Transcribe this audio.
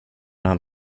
han